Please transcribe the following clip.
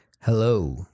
Hello